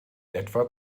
etwa